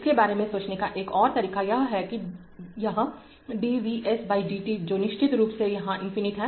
इसके बारे में सोचने का एक और तरीका यह है कि यह d v s by d t जो निश्चित रूप से यहाँ इनफिनिट है